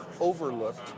overlooked